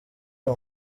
uwo